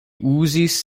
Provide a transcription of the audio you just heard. uzis